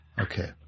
okay